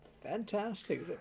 fantastic